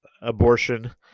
abortion